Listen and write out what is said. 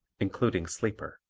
including sleeper.